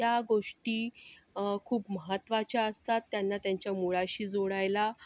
त्या गोष्टी खूप महत्वाच्या असतात त्यांना त्यांच्या मुळाशी जोडायला